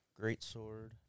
greatsword